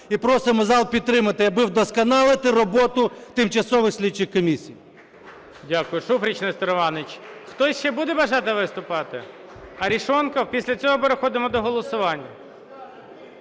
і просимо зал підтримати, аби вдосконалити роботу тимчасових слідчих комісій.